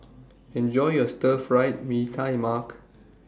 Enjoy your Stir Fried Mee Tai Mak